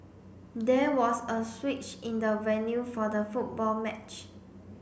there was a switch in the venue for the football match